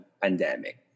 pandemic